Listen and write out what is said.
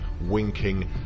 winking